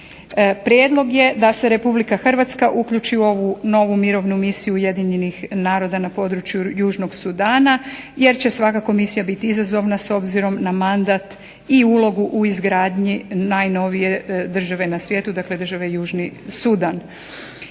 Prijedlog je da se republika Hrvatska uključi u ovu novu mirovnu misiju Ujedinjenih naroda na području južnog Sudana jer će svakako misija biti izazovna s obzirom na mandat i ulogu u izgradnju najnovije države na svijetu dakle države Južni Sudan.